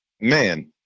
man